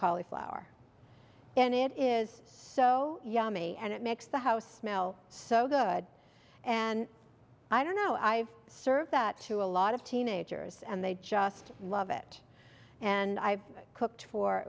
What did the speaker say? cauliflower and it is so yummy and it makes the house mel so good and i don't know i have served that show a lot of teenagers and they just love it and i cooked